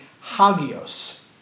hagios